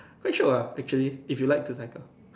quite short what actually if you like to cycle